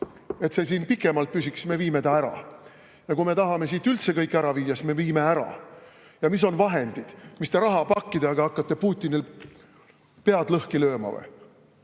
et see siin pikemalt püsiks, siis me viime ta ära. Ja kui me tahame siit üldse kõik ära viia, siis me viime ära. Ja mis on vahendid? Mis te hakkate rahapakkidega Putinil pead lõhki lööma või?